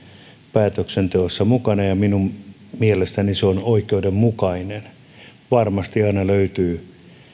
päätöksenteossa mukana ja minun mielestäni se on oikeudenmukainen varmasti aina löytyy